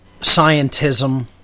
scientism